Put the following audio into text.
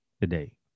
today